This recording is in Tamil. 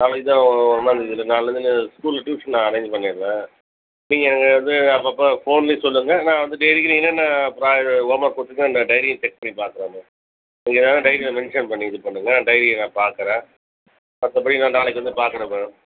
நாளைக்கி தான் ஒன்னாம்தேதி நாள்லருந்து ஸ்கூலில் ட்யூஷன் அரேஞ்ச் பண்ணிடுறேன் நீங்கள் எனக்கு வந்து அப்பப்போ ஃபோன்லையும் சொல்லுங்கள் நான் வந்து டெய்லிக்கும் நீங்கள் என்னென்ன ப்ரா ஹோம் ஒர்க் கொடுத்துருக்கு அந்த டைரியை செக் பண்ணி பார்க்குறோம் மேம் நீங்கள் என்னன்னு டைரியில மென்ஷன் இது பண்ணுங்கள் டைரியை நான் பார்க்கறேன் மற்றப்படி நான் நாளைக்கு வந்து பார்க்கறேன் மேம்